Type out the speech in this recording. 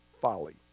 folly